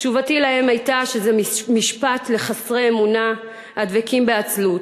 תשובתי להם הייתה שזה משפט לחסרי אמונה הדבקים בעצלות,